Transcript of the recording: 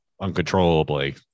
uncontrollably